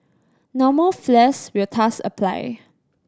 normal flares will thus apply